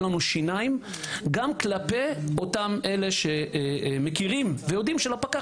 לנו שיניים גם כלפי אותם אלה שמכירים ויודעים שלפקח